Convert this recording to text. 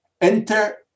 Enter